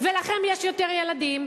לכם יש יותר ילדים,